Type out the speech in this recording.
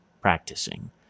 practicing